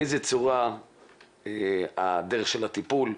באיזו צורה הדרך של הטיפול,